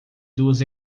duas